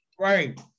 Right